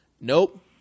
Nope